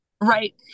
Right